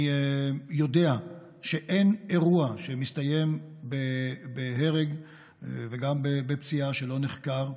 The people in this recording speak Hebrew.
אני יודע שאין אירוע שמסתיים בהרג וגם בפציעה שלא נחקר,